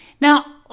now